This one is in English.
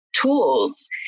tools